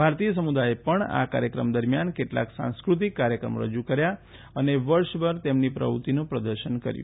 ભારતીય સમુદાયે પણ આ કાર્યક્રમ દરમિયાન કેટલાંક સાંસ્ક઼તિક કાર્યક્રમો રજૂ કર્યા અને વર્ષ દરમિયાન તેમની પ્રવૃત્તિનું પ્રદર્શન કર્યું